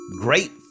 great